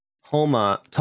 Homa